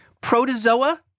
Protozoa